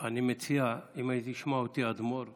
אני מציע, אם ישמע אותי האדמו"ר